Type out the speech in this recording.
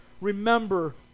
remember